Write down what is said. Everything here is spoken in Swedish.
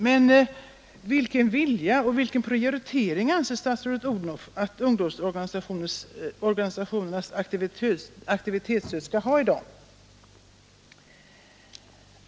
Men i vad mån anser statsrådet Odhnoff att ungdomsorganisationernas aktivitetsstöd skall prioriteras i dag?